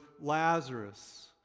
Lazarus